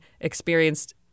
experienced